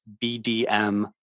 BDM